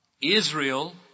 Israel